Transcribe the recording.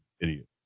Idiot